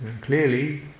clearly